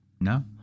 No